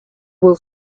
will